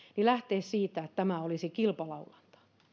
lähteä siitä että tämä olisi kilpalaulantaa